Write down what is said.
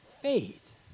faith